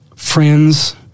Friends